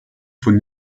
von